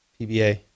PBA